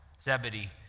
Zebedee